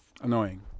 annoying